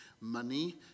money